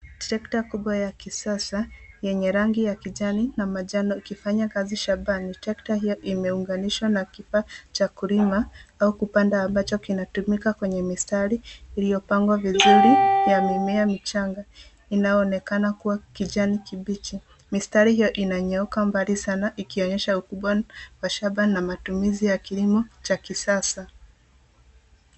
Trekta kubwa ya kisasa yenye rangi ya kijani na manjano ikifanya kazi shambani. Trekta hio imeunganishwa na kifaa cha kulima au kupanda ambacho kinatumika kwenye mistari iliyopangwa vizuri ya mimea michanga inayoonekana kuwa kijani kibichi. Mistari hio inanyooka mbali sana ikionyesha ukubwa wa shamba na matumizi ya kilimo cha kisasa.